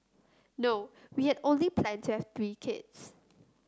no we had only planned to have three kids